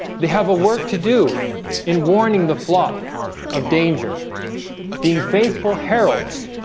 they have a work to do in warning the flock of danger being faithful heralds